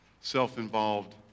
self-involved